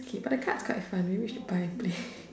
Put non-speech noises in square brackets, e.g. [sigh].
okay but the card is quite fun maybe we should buy and play [laughs]